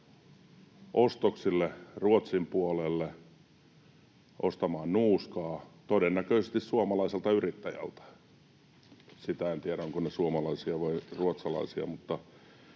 ostoksille Ruotsin puolelle, ostamaan nuuskaa, todennäköisesti suomalaiselta yrittäjältä — sitä en tiedä, ovatko he suomalaisia vai ruotsalaisia. Minun